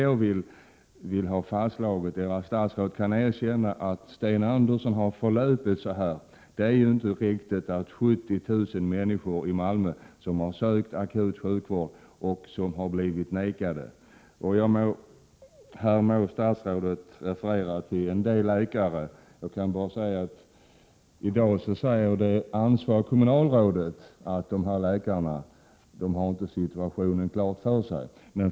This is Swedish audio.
Jag skulle vilja att statsrådet erkände att Sten Andersson har förlupit sig här — det är inte riktigt att 70 000 människor i Malmö som har sökt akut sjukvård har blivit avvisade, även om statsrådet här hänvisar till ett antal läkare. Det ansvariga kommunalrådet säger i dag att dessa läkare inte har situationen klar för sig.